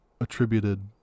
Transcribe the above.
attributed